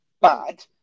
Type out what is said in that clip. bad